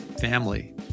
family